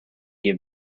gave